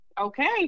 okay